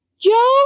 Joe